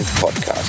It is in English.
Podcast